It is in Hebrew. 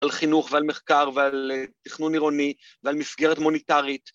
‫על חינוך ועל מחקר ועל תכנון עירוני ‫ועל מסגרת מוניטרית.